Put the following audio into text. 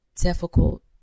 difficult